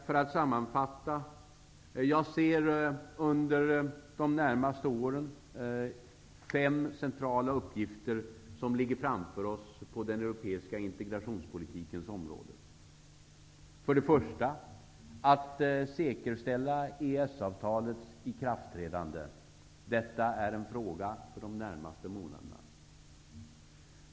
För att sammanfatta kan jag säga att jag ser fem centrala uppgifter ligga framför oss under de närmaste åren på den europeiska integrationspolitikens område. För det första skall vi säkerställa EES-avtalets ikraftträdande. Detta är en fråga för de närmaste månaderna.